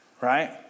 Right